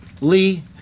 Lee